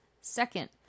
second